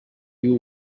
you